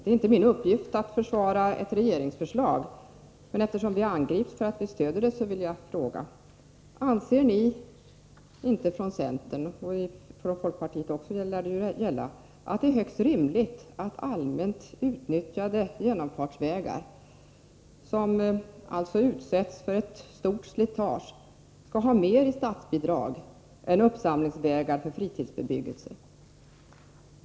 Det är inte min uppgift att försvara ett regeringsförslag, men eftersom vi angrips för att vi stöder det vill jag fråga: Anser ni inte ifrån centern — och det lär väl gälla också folkpartiet — att det är högst rimligt att allmänt utnyttjade genomfartsvägar, som alltså utsätts för stort slitage, skall ha mer i statsbidrag än uppsamlingsvägar för fritidsbebyggelse?